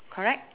correct